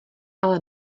ale